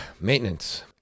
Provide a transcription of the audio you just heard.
maintenance